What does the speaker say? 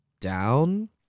down